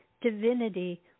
divinity